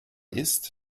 ist